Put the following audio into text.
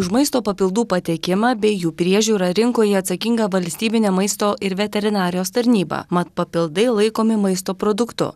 už maisto papildų pateikimą bei jų priežiūrą rinkoje atsakinga valstybinė maisto ir veterinarijos tarnyba mat papildai laikomi maisto produktu